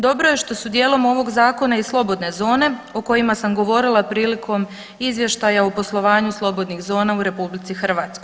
Dobro je što su dijelom ovog zakona i slobodne zone o kojima sam govorila prilikom Izvještaja o poslovanju slobodnih zona u RH.